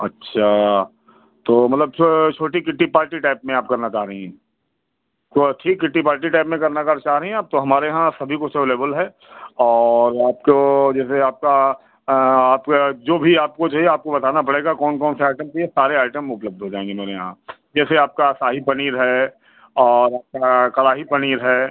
अच्छा तो मतलब छोटी किट्टी पार्टी टाइप में आप करना चाह रहीं हैं तो ठीक किट्टी पार्टी टाइप में करना अगर चाह रहीं आप तो हमारे यहाँ सभी कुछ अवलेबुल है और आपको जैसे आपका आपका जो भी आपको चाहिए आपको बताना पड़ेगा कौन कौन से आइटम चाहिए सारे आइटम उपलब्ध हो जाएँगे मेरे यहाँ जैसे आपका शाही पनीर है और आपका कड़ाही पनीर है